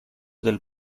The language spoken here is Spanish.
del